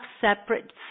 separate